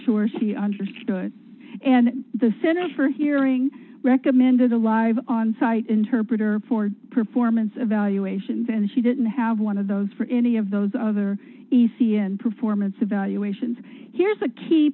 sure he understood and the centers for hearing recommended a live onsite interpreter for performance evaluations and he didn't have one of those for any of those other e c n performance evaluations here's a key